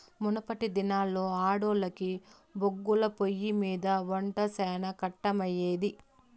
మునపటి దినాల్లో ఆడోల్లకి బొగ్గుల పొయ్యిమింద ఒంట శానా కట్టమయ్యేది